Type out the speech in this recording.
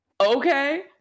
Okay